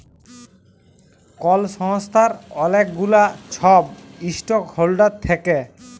call সংস্থার অলেক গুলা ছব ইস্টক হল্ডার থ্যাকে